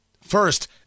First